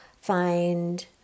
find